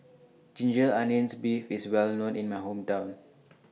Ginger Onions Beef IS Well known in My Hometown